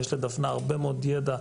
יש לדפנה הרבה מאוד ידע,